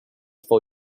for